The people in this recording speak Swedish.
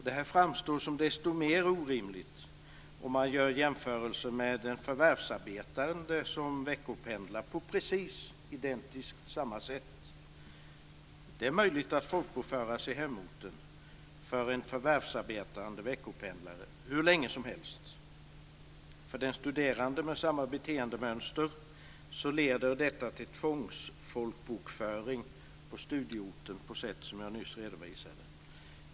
Det här framstår som desto mer orimligt om man gör jämförelsen med en förvärvsarbetande som veckopendlar på identiskt samma sätt. Det är möjligt att folkbokföra sig i hemorten för en förvärvsarbetande veckopendlare hur länge som helst. För den studerande med samma beteendemönster leder detta till tvångsfolkbokföring på studieorten på sätt som jag nyss redovisade.